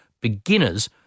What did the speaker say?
Beginners